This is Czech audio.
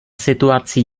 situaci